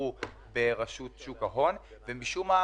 אבל משום מה,